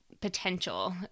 potential